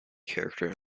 character